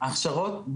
לגבי ההכשרות,